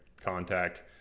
contact